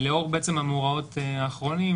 לאור המאורעות האחרונים,